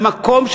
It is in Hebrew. למקום,